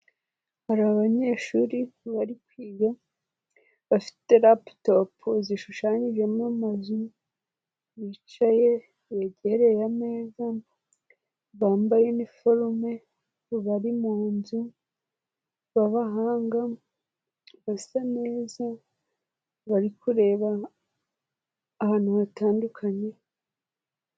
Hari abanyeshuri bari kwiga, bafite raputopu zishushanyijemo amazu, bicaye begereye ameza bambaye iniforume, bari mu nzu b'abahanga, basa neza bari kureba ahantu hatandukanye.